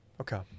Okay